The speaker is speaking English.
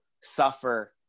suffer